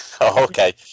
Okay